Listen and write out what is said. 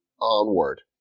onward